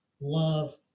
love